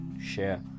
share